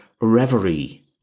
reverie